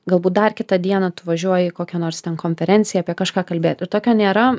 galbūt dar kitą dieną tu važiuoji į kokią nors konferenciją apie kažką kalbėt ir tokio nėra